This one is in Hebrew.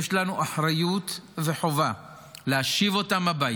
יש לנו אחריות וחובה להשיב אותם הביתה.